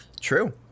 True